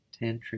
tantric